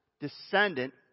descendant